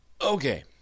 Okay